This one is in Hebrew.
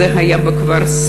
זה היה בכפר-סבא,